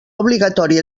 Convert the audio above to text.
obligatori